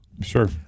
Sure